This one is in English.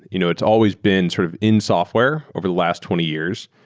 you know it's always been sort of in software over the last twenty years.